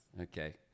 Okay